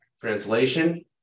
translation